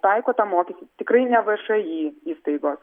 taiko tą mokestį tikrai ne všį įstaigos